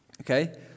Okay